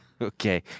Okay